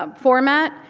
um format.